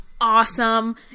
awesome